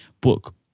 book